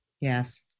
Yes